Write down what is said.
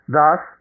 Thus